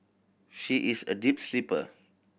she is a deep sleeper